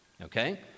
Okay